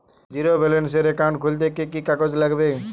Zero ব্যালেন্সের account খুলতে কি কি কাগজ লাগবে?